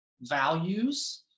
values